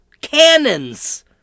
cannons